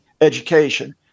education